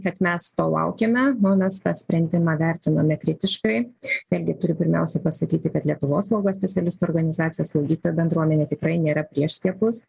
kad mes to laukėme nu mes tą sprendimą vertiname kritiškai vėlgi turiu pirmiausia pasakyti kad lietuvos slaugos specialistų organizacija slaugytojų bendruomenė tikrai nėra prieš skiepus